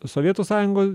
sovietų sąjungoj